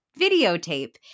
videotape